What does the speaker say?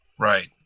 right